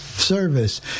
service